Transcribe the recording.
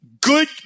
Good